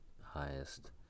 highest